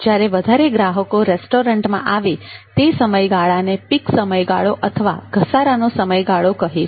જ્યારે વધારે ગ્રાહકો રેસ્ટોરન્ટમાં આવે તે સમયગાળાને પીક સમયગાળો અથવા ઘસારાનો સમયગાળો કહે છે